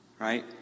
right